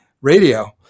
radio